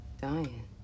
Dying